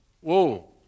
Whoa